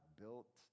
built